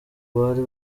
bari